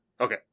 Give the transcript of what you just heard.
Okay